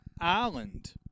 island